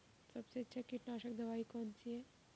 सबसे अच्छी कीटनाशक दवाई कौन सी है?